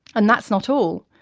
and that's not all.